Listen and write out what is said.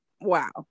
wow